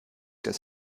das